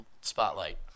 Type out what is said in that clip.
spotlight